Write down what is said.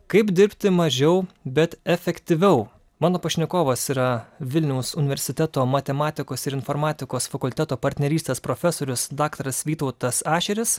kaip dirbti mažiau bet efektyviau mano pašnekovas yra vilniaus universiteto matematikos ir informatikos fakulteto partnerystės profesorius daktaras vytautas ašeris